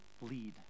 lead